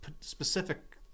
specific